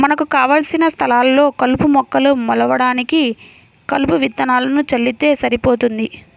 మనకు కావలసిన స్థలాల్లో కలుపు మొక్కలు మొలవడానికి కలుపు విత్తనాలను చల్లితే సరిపోతుంది